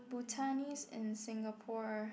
Bhutanese in Singapore